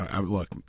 Look